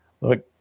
look